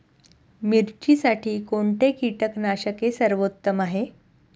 मिरचीसाठी कोणते कीटकनाशके सर्वोत्तम आहे?